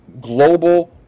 global